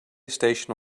station